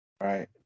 right